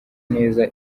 neza